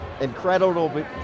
incredible